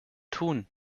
tun